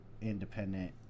independent